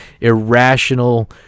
irrational